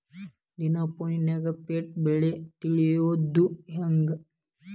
ದಿನಾ ಫೋನ್ಯಾಗ್ ಪೇಟೆ ಬೆಲೆ ತಿಳಿಯೋದ್ ಹೆಂಗ್?